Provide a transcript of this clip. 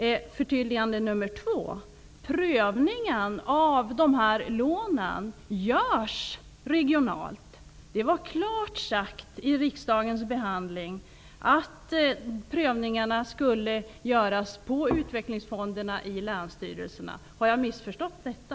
Det andra förtydligandet gäller detta att prövningen av de här lånen görs regionalt. Det var klart sagt i riksdagens behandling att prövningarna skulle göras på utvecklingsfonderna i länsstyrelserna. Har jag missförstått detta?